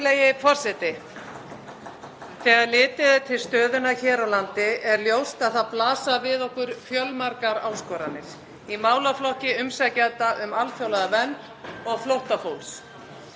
Þegar litið er til stöðunnar hér á landi er ljóst að það blasa við okkur fjölmargar áskoranir í málaflokki umsækjenda um alþjóðlega vernd og flóttafólks.